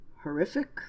horrific